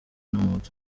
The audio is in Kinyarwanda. n’umuhutu